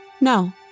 No